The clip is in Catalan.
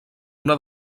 una